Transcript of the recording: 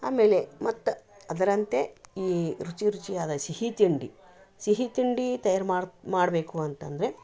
ಆಮೇಲೆ ಮತ್ತ ಅದರಂತೆ ಈ ರುಚಿ ರುಚಿಯಾದ ಸಿಹಿ ತಿಂಡಿ ಸಿಹಿ ತಿಂಡಿ ತಯಾರು ಮಾಡಬೇಕು ಅಂತಂದರೆ